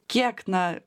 kiek na